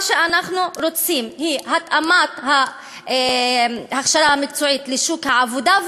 מה שאנחנו רוצים זה התאמת ההכשרה המקצועית לשוק העבודה,